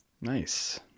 Nice